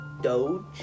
Doge